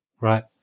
right